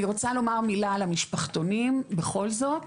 אני רוצה לומר מילה על המשפחתונים בכל זאת,